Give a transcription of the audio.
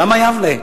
למה יבנה?